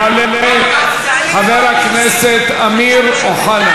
יעלה חבר הכנסת אמיר אוחנה.